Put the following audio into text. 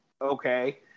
okay